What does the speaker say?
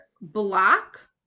block